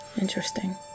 Interesting